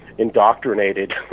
indoctrinated